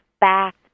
back